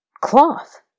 cloth